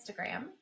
Instagram